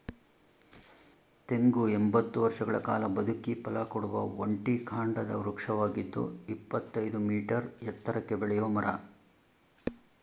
ತೆಂಗು ಎಂಬತ್ತು ವರ್ಷಗಳ ಕಾಲ ಬದುಕಿ ಫಲಕೊಡುವ ಒಂಟಿ ಕಾಂಡದ ವೃಕ್ಷವಾಗಿದ್ದು ಇಪ್ಪತ್ತಯ್ದು ಮೀಟರ್ ಎತ್ತರಕ್ಕೆ ಬೆಳೆಯೋ ಮರ